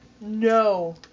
No